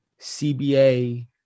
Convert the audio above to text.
CBA